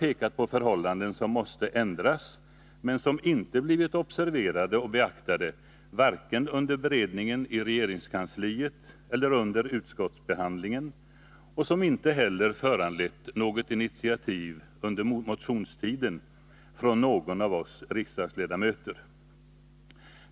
De har pekat på förhållanden som måste ändras, men som inte blivit observerade och beaktade under vare sig beredningen i regeringskansliet eller under utskottsbehandlingen — och som inte heller föranlett något initiativ under motionstiden från någon av oss riksdagsledamöter.